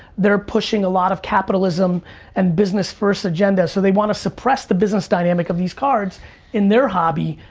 they're pushing a lot of capitalism and business first agenda. so they want to suppress the business dynamic of these cards in their hobby,